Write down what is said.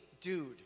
dude